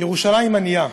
ירושלים ענייה,